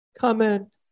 comment